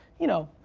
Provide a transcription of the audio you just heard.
you know,